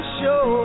show